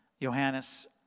Johannes